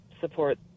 support